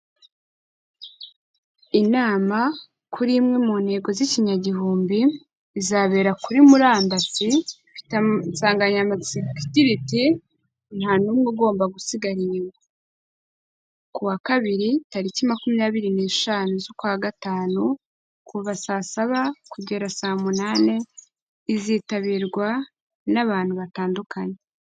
Inama kuri imwe mu ntego z'ikinyagihumbi izabera kuri murandasi, ifite insanganyamatsiko igira iti: "nta n'umwe ugomba gusigara inyuma", ku wa kabiri tariki makumyabiri n'eshanu z'ukwa gatanu, kuva saa saba kugera saa munani, izitabirwa n'abantu batandukanye.